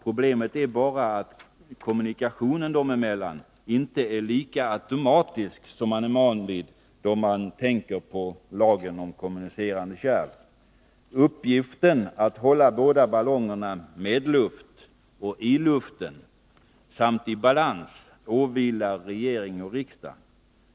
Problemet är bara att kommunikationen dem emellan inte är lika automatisk som man är van vid med tanke på lagen om kommunicerande kärl. Uppgiften att hålla båda ballongerna med luft och i luften samt i balans åvilar regering och riksdag.